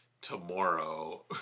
tomorrow